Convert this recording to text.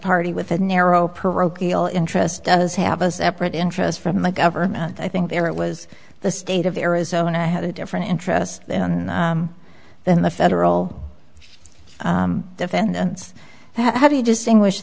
party with a narrow parochial interests does have a separate interest from the government i think there it was the state of arizona had a different interest than the federal defense how do you distinguish